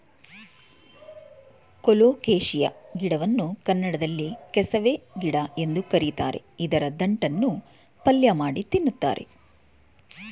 colocasia ಗಿಡವನ್ನು ಕನ್ನಡದಲ್ಲಿ ಕೆಸವೆ ಗಿಡ ಎಂದು ಕರಿತಾರೆ ಇದರ ದಂಟನ್ನು ಪಲ್ಯಮಾಡಿ ತಿನ್ನುತ್ತಾರೆ